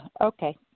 Okay